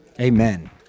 Amen